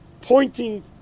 pointing